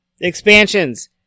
expansions